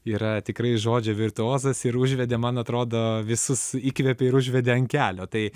yra tikrai žodžio virtuozas ir užvedė man atrodo visus įkvėpė ir užvedė ant kelio tai